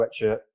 sweatshirt